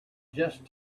just